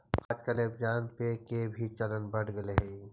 आजकल Amazon pay के भी चलन बढ़ गेले हइ